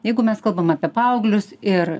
jeigu mes kalbam apie paauglius ir